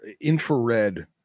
infrared